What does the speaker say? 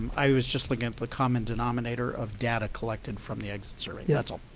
i was just looking at the common denominator of data collected from the exit survey, that's all.